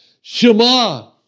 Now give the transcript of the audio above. Shema